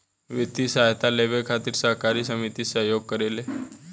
वित्तीय सहायता लेबे खातिर सहकारी समिति सहयोग करेले